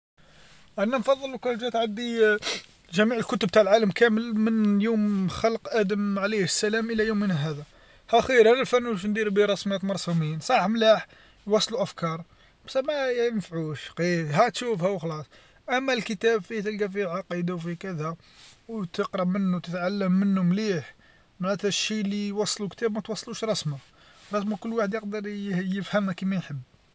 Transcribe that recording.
أنا نفضل لوكان جات عندي جميع الكتب تاع العالم كامل من يوم خلق أدم عليه السلام إلى يومنا هذا ها خير هذا الفن واش ندير به رسمات مرسوميين صح ملاح يوصلوا أفكار بصح ما ينفعوش ها تشوفها وخلاص أما الكتاب فيه تلقى فيه عقيده وفيه كذا وتقرب منو وتتعلم منو مليح مع تا شي لي يوصلو كتاب ماتوصلوش رسمه لازم كل واحد يقدر يفهمهاكيما يحب.